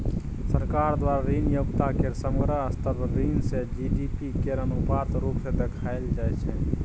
सरकार द्वारा ऋण योग्यता केर समग्र स्तर पर ऋण सँ जी.डी.पी केर अनुपात रुप सँ देखाएल जाइ छै